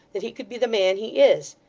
that he could be the man he is!